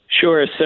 Sure